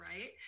right